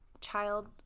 child